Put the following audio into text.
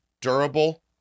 durable